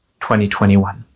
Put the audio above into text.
2021